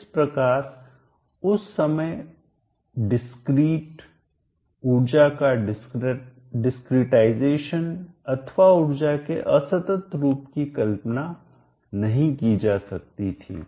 इस प्रकार उस समय डिस्क्रीटअसतत ऊर्जा का डिस्क्रीटआईजेशनअसतत रूपांतरण अथवा उर्जा के असतत रूप की कल्पना नहीं की जा सकती थी